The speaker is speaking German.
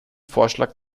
vorschlag